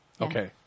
Okay